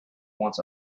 once